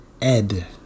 Ed